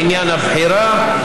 תודה.